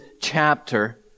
chapter